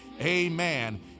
amen